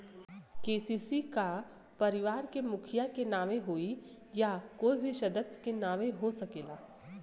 KCC का परिवार के मुखिया के नावे होई या कोई भी सदस्य के नाव से हो सकेला?